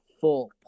full